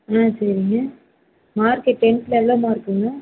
ஆ சரிங்க மார்க்கு டென்த்தில் எவ்வளோ மார்க்குங்க